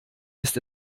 ist